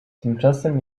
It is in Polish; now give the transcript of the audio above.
tymczasem